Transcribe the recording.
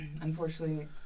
unfortunately